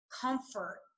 comfort